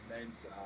name's